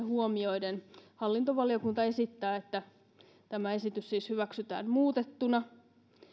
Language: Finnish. huomioiden hallintovaliokunta esittää että tämä esitys siis hyväksytään muutettuna